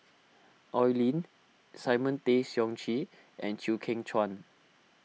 Oi Lin Simon Tay Seong Chee and Chew Kheng Chuan